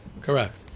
Correct